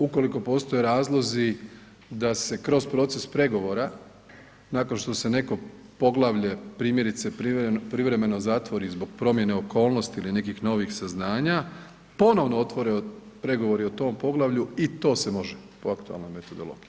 Ukoliko postoje razlozi da se kroz proces pregovora nakon što se neko poglavlje, primjerice privremeno zatvori zbog promjene okolnosti i nekih novih saznanja ponovno otvore pregovori o tom poglavlju i to se može po aktualnoj metodologiji.